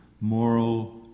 moral